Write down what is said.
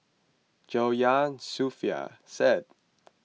Joyah Sofea Said